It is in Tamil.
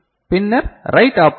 பின்னர் ரைட் ஆபேரஷன்